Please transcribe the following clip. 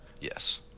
Yes